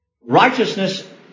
Righteousness